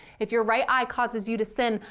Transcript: if you right eye causes you to sin,